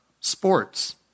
sports